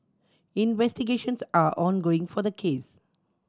investigations are ongoing for the case